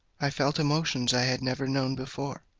i felt emotions i had never known before.